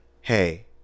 hey